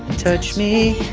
touch me.